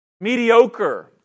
mediocre